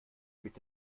mit